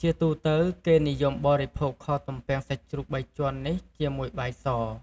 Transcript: ជាទូទៅ គេនិយមបរិភោគខទំំពាំងសាច់ជ្រូកបីជាន់នេះជាមួយបាយស។